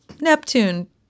Neptune